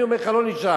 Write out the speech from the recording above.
אני אומר לך: לא נשאר,